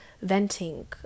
venting